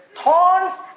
thorns